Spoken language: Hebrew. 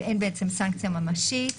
ואין בעצם סנקציה ממשית.